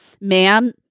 ma'am